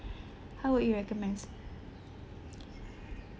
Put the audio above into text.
how would you recommend